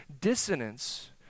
dissonance